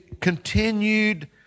continued